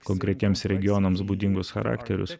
konkretiems regionams būdingus charakterius